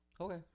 Okay